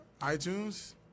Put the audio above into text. iTunes